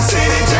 City